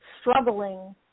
struggling